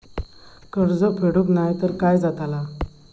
कर्ज फेडूक नाय तर काय जाताला?